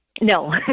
No